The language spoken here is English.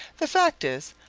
the fact is,